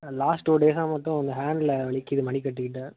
ஆ last two டேஸ்ஸா மட்டும் இந்த ஹேண்ட்டில் வலிக்கிது மணிக்கட்டுகிட்ட